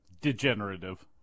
Degenerative